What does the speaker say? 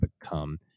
become